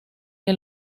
que